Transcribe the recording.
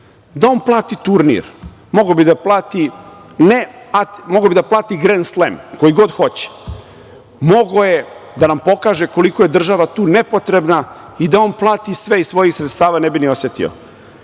da on plati turnir. Mogao bi da plati Gren slem koji god hoće, mogao je da nam pokaže koliko je država tu nepotrebna i da on plati sve iz svojih sredstava, ne bi ni osetio.